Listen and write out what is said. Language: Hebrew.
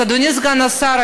אז אדוני סגן השר,